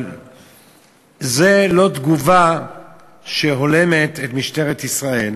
אבל זו לא תגובה שהולמת את משטרת ישראל,